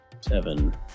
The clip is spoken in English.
seven